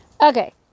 Okay